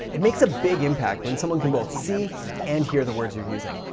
it makes a big impact when someone can both see and hear the words you're using.